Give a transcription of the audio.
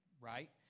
right